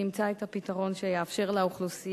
נמצא את הפתרון שיאפשר לאוכלוסייה